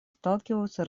сталкиваются